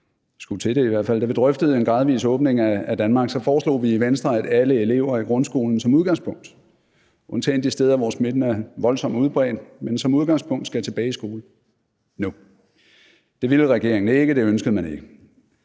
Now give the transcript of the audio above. skulle til det, og drøftede en gradvis åbning af Danmark, foreslog vi i Venstre, at alle elever i grundskolen som udgangspunkt – undtagen de steder, hvor smitten er voldsomt udbredt – skal tilbage i skole nu. Det ville regeringen ikke. Det ønskede man ikke.